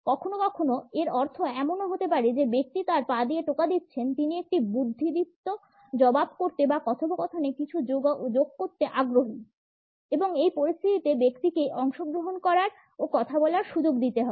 কখনও কখনও এর অর্থ এমনও হতে পারে যে ব্যক্তি তার পা দিয়ে টোকা দিচ্ছেন তিনি একটি বুদ্ধিদীপ্ত জবাব করতে বা কথোপকথনে কিছু যোগ করতে আগ্রহী এবং এই পরিস্থিতিতে ব্যক্তিকে অংশগ্রহণ করার ও কথা বলার সুযোগ দিতে হবে